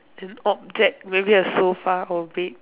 an object maybe a sofa or bed